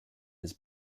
his